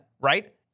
right